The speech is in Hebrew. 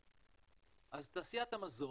אז תעשיית המזון,